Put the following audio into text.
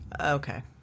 Okay